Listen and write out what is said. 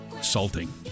salting